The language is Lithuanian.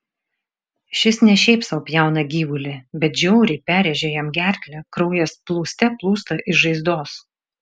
šis ne šiaip sau pjauna gyvulį bet žiauriai perrėžia jam gerklę kraujas plūste plūsta iš žaizdos